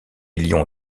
lion